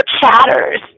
chatters